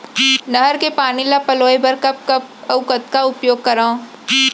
नहर के पानी ल पलोय बर कब कब अऊ कतका उपयोग करंव?